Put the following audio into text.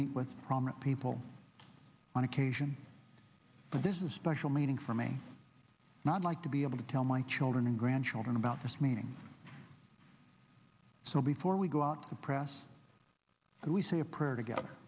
meet with prominent people on occasion but there's a special meaning for me not like to be able to tell my children and grandchildren about this meeting so before we go out the press and we say a prayer together